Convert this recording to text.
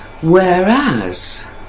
Whereas